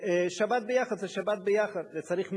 ושבת ביחד זה שבת ביחד, וצריך מניין.